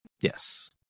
Yes